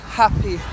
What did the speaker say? happy